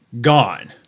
Gone